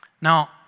Now